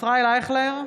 ישראל אייכלר,